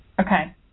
Okay